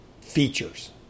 features